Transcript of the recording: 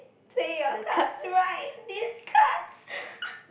play your cards right this cards